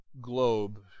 globe